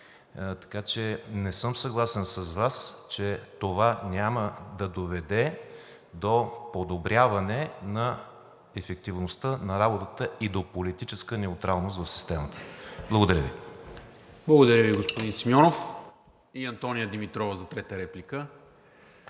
четене. Не съм съгласен с Вас, че това няма да доведе до подобряване на ефективността на работата и до политическа неутралност в системата. Благодаря Ви. ПРЕДСЕДАТЕЛ НИКОЛА МИНЧЕВ: Благодаря Ви, господин Симеонов. Антония Димитрова за трета реплика.